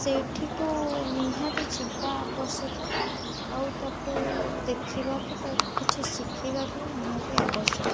ସେଠିକୁ ନିହାତି ଯିବା ଆବଶ୍ୟକ ଆଉ ତାକୁ ଦେଖିବା କି ତାକୁ କିଛି ଶିଖିବା ବି ନିହାତି ଆବଶ୍ୟକ